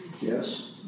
Yes